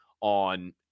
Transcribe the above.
on